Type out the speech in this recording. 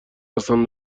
هستم